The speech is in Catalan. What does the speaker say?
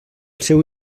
seu